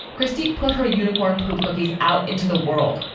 christie put her unicorn poop cookies out into the world.